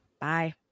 Bye